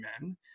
men